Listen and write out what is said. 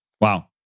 Wow